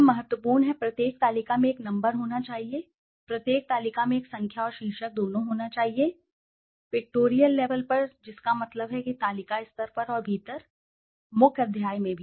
अब महत्वपूर्ण है प्रत्येक तालिका में एक नंबर होना चाहिए प्रत्येक तालिका में एक संख्या और शीर्षक दोनों होना चाहिए pictorial levelपिक्टोरियल लेवल पर जिसका मतलब है कि तालिका स्तर पर और भीतर मुख्य अध्याय में भी